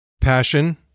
Passion